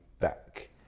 back